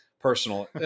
personal